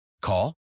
Call